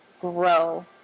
grow